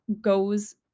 goes